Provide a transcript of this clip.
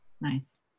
Nice